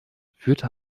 führte